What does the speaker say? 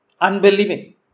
unbelieving